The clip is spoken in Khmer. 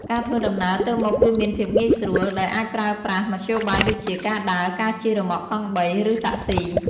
ការធ្វើដំណើរទៅមកគឺមានភាពងាយស្រួល ដោយអាចប្រើប្រាស់មធ្យោបាយដូចជា ការដើរ ការជិះរ៉ឺម៉កកង់បី ឬតាក់ស៊ី។